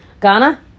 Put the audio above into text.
Ghana